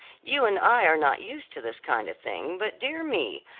you and i are not used to this kind of thing, but dear me!